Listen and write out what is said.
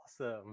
awesome